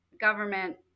government